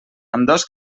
ambdós